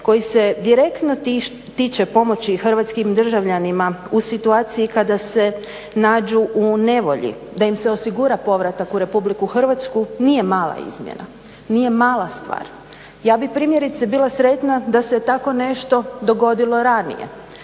koji se direktno tiče pomoći hrvatskim državljanima u situaciji kada se nađu u nevolji da im se osigura povratak u RH nije mala izmjena, nije mala stvar. Ja bih primjerice bila sretna da se tako nešto dogodilo ranije